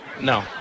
No